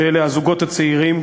שאלה הזוגות הצעירים,